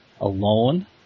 alone